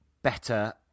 better